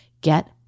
get